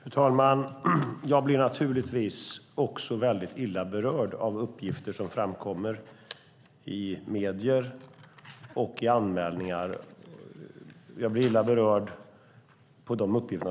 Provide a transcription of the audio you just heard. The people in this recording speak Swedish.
Fru talman! Jag blir naturligtvis också väldigt illa berörd av uppgifter som framkommer i medier och i anmälningar.